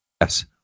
Yes